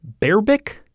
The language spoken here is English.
Berbick